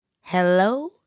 Hello